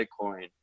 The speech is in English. Bitcoin